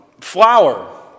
flour